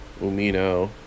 Umino